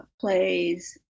plays